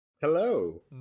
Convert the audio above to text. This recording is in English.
Hello